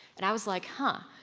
and i was like, huh,